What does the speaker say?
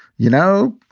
you know,